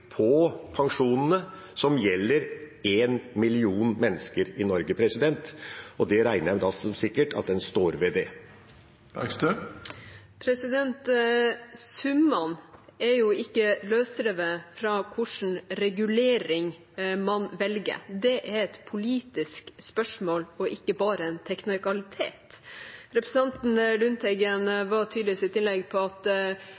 på pensjon som gjelder én million mennesker i Norge. Og det regner jeg som sikkert at en står ved. Summene er jo ikke løsrevet fra hvilken regulering man velger. Det er et politisk spørsmål og ikke bare en teknikalitet. Representanten Lundteigen var tydelig i sitt innlegg på at